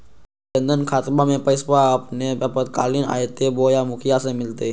जन धन खाताबा में पैसबा अपने आपातकालीन आयते बोया मुखिया से मिलते?